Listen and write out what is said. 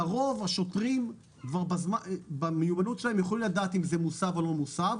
לרוב השוטרים במיומנות שלהם יכולים לדעת אם זה מוסב או לא מוסב,